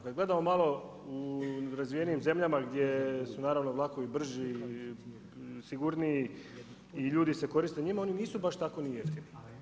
Kada gledamo malo u razvijenijim zemljama gdje su naravno vlakovi brži i sigurniji i ljudi se koriste njima oni nisu baš tako ni jeftiniji.